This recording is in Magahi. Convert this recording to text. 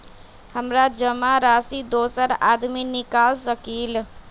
हमरा जमा राशि दोसर आदमी निकाल सकील?